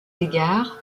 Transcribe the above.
égards